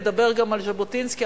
נדבר גם על ז'בוטינסקי,